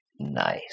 Nice